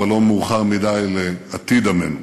אבל לא מאוחר מדי לעתיד עמנו.